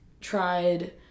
tried